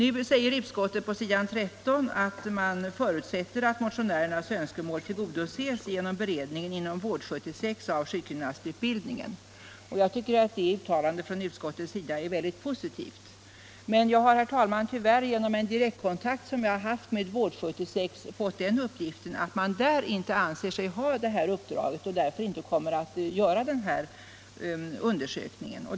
Utskottet skriver nu på s. 13: ”Utskottet förutsätter att motionärernas önskemål tillgodoses genom beredningen inom Vård-76 av sjukgymnastutbildningen, ---.” Det tycker jag är ett mycket positivt uttalande. Men vid en direktkontakt som jag haft med Vård-76 har jag fått den uppgiften att man där tyvärr inte anser sig ha fått det uppdraget och därför inte kommer att göra denna undersökning.